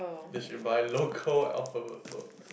they should buy local alphabet books